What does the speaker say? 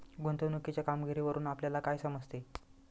गुंतवणुकीच्या कामगिरीवरून आपल्याला काय समजते?